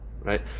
right